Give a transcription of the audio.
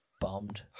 bombed